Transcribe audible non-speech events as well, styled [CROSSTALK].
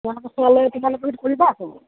[UNINTELLIGIBLE]